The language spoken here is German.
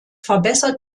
verbessert